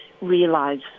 realize